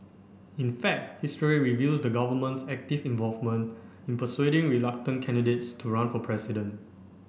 in fact history reveals the government's active involvement in persuading reluctant candidates to run for president